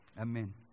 Amen